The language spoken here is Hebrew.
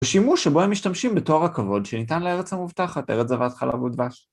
שימוש שבו הם משתמשים בתור הכבוד שניתן לארץ המובטחת, ארץ זבת חלב ודבש.